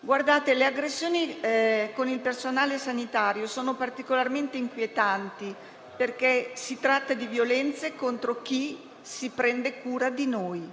Le aggressioni contro il personale sanitario sono particolarmente inquietanti perché si tratta di violenze contro chi si prende cura di noi